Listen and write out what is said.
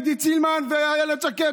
עידית סילמן ואילת שקד,